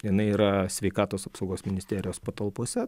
jinai yra sveikatos apsaugos ministerijos patalpose